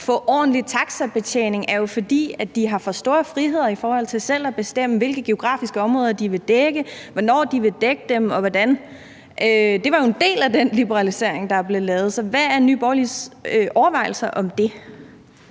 at få ordentlig taxabetjening, er jo, at de har for stor frihed med hensyn til selv at bestemme, hvilke geografiske områder de vil dække, og hvornår og hvordan de vil dække dem. Det var jo en del af den liberalisering, der blev lavet, så hvad er Nye Borgerliges overvejelser om det?